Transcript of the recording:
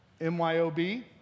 MYOB